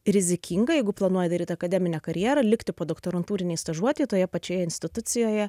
rizikinga jeigu planuoji daryt akademinę karjerą likti podoktorantūrinėj stažuotėj toje pačioje institucijoje